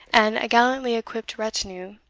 and a gallantly-equipped retinue,